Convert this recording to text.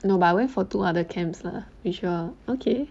no but I went for two other camps lah which are okay